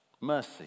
mercy